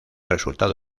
resultado